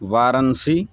Varanasi